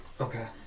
Okay